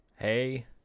Hey